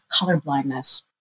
colorblindness